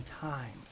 times